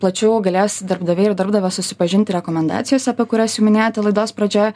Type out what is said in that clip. plačiau galės darbdaviai ir darbdavės susipažinti rekomendacijose apie kurias jau minėjote laidos pradžioje